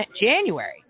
January